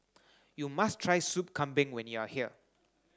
you must try soup Kambing when you are here